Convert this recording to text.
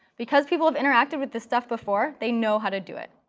because people have interacted with this stuff before, they know how to do it.